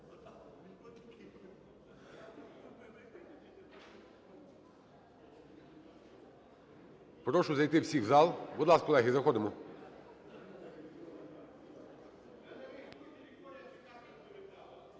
Прошу зайти всіх в зал. Будь ласка, колеги, заходимо.